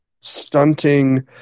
stunting